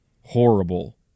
horrible